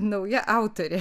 nauja autorė